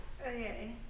okay